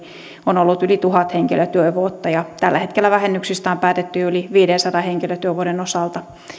on ollut yli tuhat henkilötyövuotta ja tällä hetkellä vähennyksistä on päätetty jo yli viidensadan henkilötyövuoden osalta